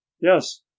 yes